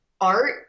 art